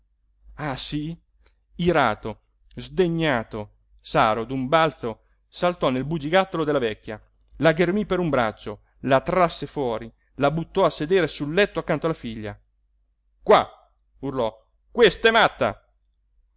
ah sí irato sdegnato saro d'un balzo saltò nel bugigattolo della vecchia la ghermí per un braccio la trasse fuori la buttò a sedere sul letto accanto alla figlia qua urlò quest'è matta